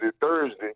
Thursday